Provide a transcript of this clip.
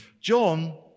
John